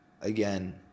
again